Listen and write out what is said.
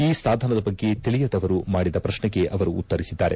ಈ ಸಾಧನದ ಬಗ್ಗೆ ತಿಳಿಯದವರು ಮಾಡಿದ ಪ್ರಶ್ನೆಗೆ ಅವರು ಉತ್ತರಿಸಿದ್ದಾರೆ